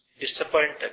disappointed